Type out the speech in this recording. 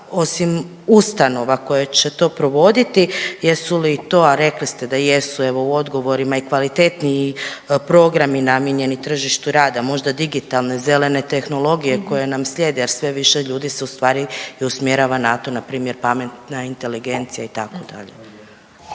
osim ustanova koje će to provoditi jesu li to, a rekli ste da jesu evo u odgovorima i kvalitetniji programi namijenjeni tržištu rada, možda digitalne, zelene tehnologije koje nam slijede jer sve više ljudi se u stvari i usmjerava na to npr. pametna inteligencija itd.